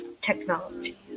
technology